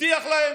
הבטיח להם,